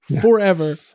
forever